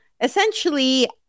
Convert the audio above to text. Essentially